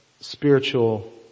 spiritual